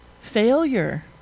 failure